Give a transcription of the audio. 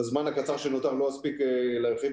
שבזמן הקצר שנותר לא אספיק להציג.